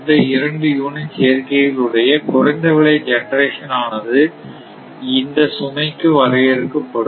இந்த இரண்டு யூனிட் சேர்க்கைகள் உடைய குறைந்த விலை ஜெனரேஷன் அவனது இந்த சுமைக்கு வரையறுக்கப்படும்